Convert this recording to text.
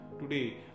Today